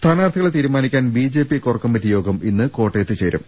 സ്ഥാനാർഥികളെ തീരുമാനിക്കാൻ BJP core committee യോഗം ഇന്ന് കോട്ടയത്ത് ചേരും